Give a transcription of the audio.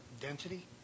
density